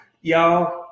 y'all